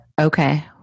Okay